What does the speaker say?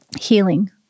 healing